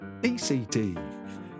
ECT